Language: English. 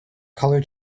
color